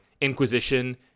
Inquisition